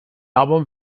album